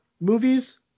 movies